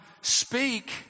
speak